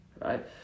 right